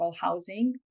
housing